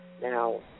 Now